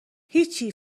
هیچی